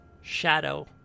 shadow